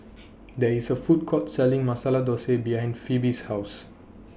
There IS A Food Court Selling Masala Dosa behind Phoebe's House